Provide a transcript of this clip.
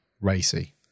racy